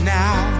now